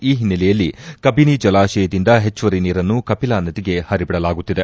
ಈ ಹಿನ್ನೆಲೆಯಲ್ಲಿ ಕಬಿನಿ ಜಲಾಶಯದಿಂದ ಹೆಚ್ಚುವರಿ ನೀರನ್ನು ಕಪಿಲಾ ನದಿಗೆ ಹರಿಬಿಡಲಾಗುತ್ತಿದೆ